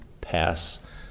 pass